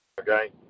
Okay